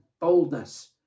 boldness